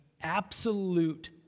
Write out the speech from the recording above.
absolute